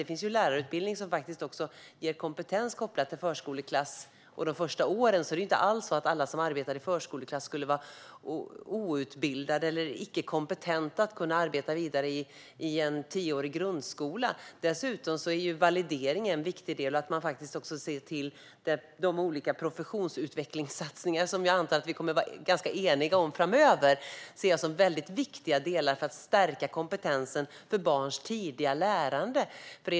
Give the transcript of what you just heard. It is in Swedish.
Det finns nämligen lärarutbildning som faktiskt ger kompetens kopplad till förskoleklass och de första åren. Det är alltså inte alls så att alla som arbetar i förskoleklass skulle vara outbildade eller icke kompetenta att kunna arbeta vidare i en tioårig grundskola. Dessutom är validering en viktig del och att man också ser de olika professionsutvecklingssatsningar som jag antar att vi kommer att vara ganska eniga om framöver. Dessa delar ser jag som mycket viktiga för att stärka kompetensen när det gäller barns tidiga lärande.